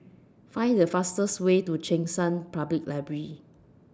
Find The fastest Way to Cheng San Public Library